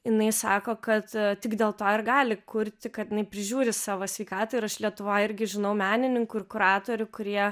jinai sako kad tik dėl to ir gali kurti kad jinai prižiūri savo sveikatą ir aš lietuvoj irgi žinau menininkų ir kuratorių kurie